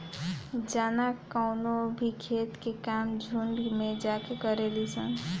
जाना कवनो भी खेत के काम झुंड में जाके करेली सन